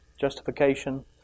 justification